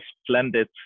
splendid